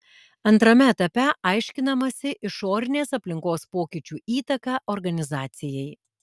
antrame etape aiškinamasi išorinės aplinkos pokyčių įtaka organizacijai